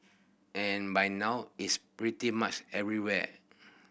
and by now is pretty much everywhere